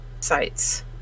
sites